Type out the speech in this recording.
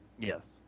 Yes